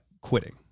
quitting